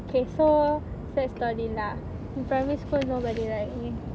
okay so sad story lah in primary school nobody like me